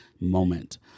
moment